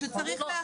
אני חושב שאת ההנחה.